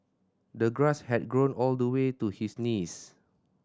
the grass had grown all the way to his knees